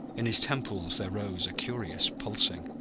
in his temples there rose a curious pulsing.